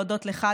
להודות לך,